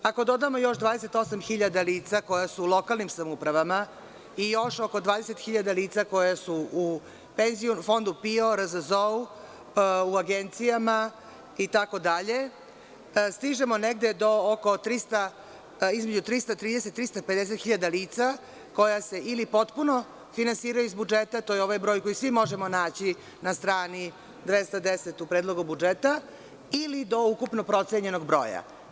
Ako dodamo još 28.000 lica koja su u lokalnim samoupravama i još oko 20.000 lica koja su fondu PIO, RZZO, agencijama itd, stižemo između 330 i 350.000 lica koja se ili potpuno finansiraju iz budžeta, to je ovaj broj koji svi možemo naći na strani 210 u predlogu budžeta ili do ukupno procenjenog broja.